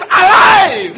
alive